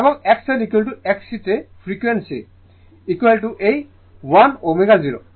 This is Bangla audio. এবং XLXC তে যা ফ্রিকোয়েন্সি এই1 ω0